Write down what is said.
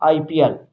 I P L